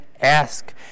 ask